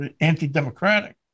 anti-democratic